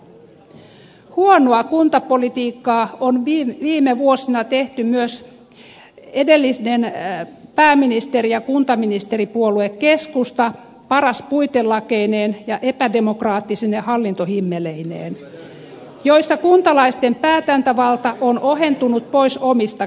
huonoa kuntapolitiikkaa on viime vuosina tehnyt myös edellinen pääministeri ja kuntaministeripuolue keskusta paras puitelakeineen ja epädemokraattisine hallintohimmeleineen joissa rakennelmissa kuntalaisten päätäntävalta on ohentunut pois omista käsistä